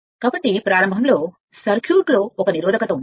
కాబట్టి ప్రారంభంలో ఇది ప్రారంభంలో సర్క్యూట్లో 1 నిరోధకత ఉన్నప్పుడు